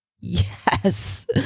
yes